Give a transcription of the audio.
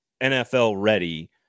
NFL-ready